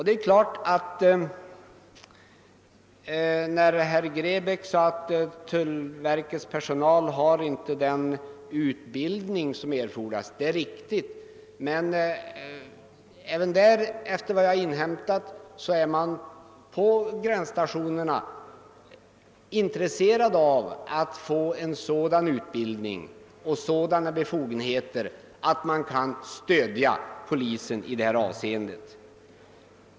Det är riktigt som herr Grebäck sade att tullverkets personal inte har den utbildning som erfordras, men efter vad jag har inhämtat är personalen på gränsstationerna intresserad av att få en sådan utbildning och sådana befogenheter att man kan stödja polisen i detta avseende.